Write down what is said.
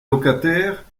locataires